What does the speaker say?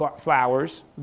flowers